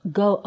go